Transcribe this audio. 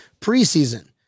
preseason